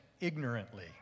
ignorantly